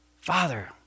Father